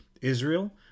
Israel